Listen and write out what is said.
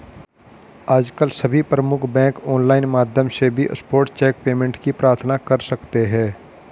आजकल सभी प्रमुख बैंक ऑनलाइन माध्यम से भी स्पॉट चेक पेमेंट की प्रार्थना कर सकते है